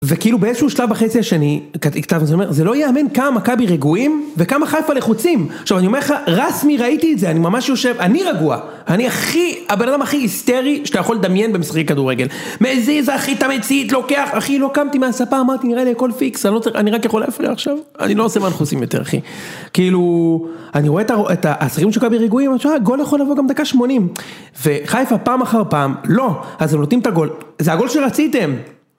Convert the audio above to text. וכאילו באיזשהו שלב בחצי השני שאני אכתב, זה אומר, זה לא ייאמן כמה מכבי רגועים וכמה חיפה לחוצים. עכשיו אני אומר לך, רסמי ראיתי את זה, אני ממש יושב, אני רגוע, אני הכי, הבן אדם הכי היסטרי שאתה יכול לדמיין במשחקי כדורגל. מזיז אחי את המצית, לוקח, אחי לא קמתי מהספה, אמרתי, נראה לי הכל פיקס, אני רק יכול להפריע עכשיו, אני לא עושה מנחוסים יותר, אחי. כאילו, אני רואה את השחקנים של מכבי רגועים, אני שואל, הגול יכול לבוא גם דקה שמונים, וחייפה פעם אחר פעם, לא, אז הם נותנים את הגול, זה הגול שרציתם.